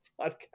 podcast